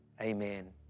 Amen